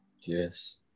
Yes